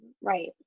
Right